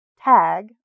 tag